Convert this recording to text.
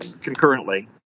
concurrently